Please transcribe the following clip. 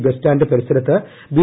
bus stand പരിസരത്ത് B